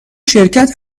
شرکت